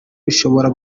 bishobora